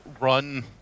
run